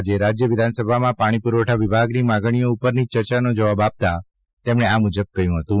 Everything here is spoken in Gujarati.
આજે રાજ્ય વિધાનસભામાં પાણી પુરવઠા વિભાગની માગણીઓ ઉપરની ચર્ચાનો જવાબ આપતાં તેમણે આ મુજબ કહ્યું હતું